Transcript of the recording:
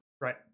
Right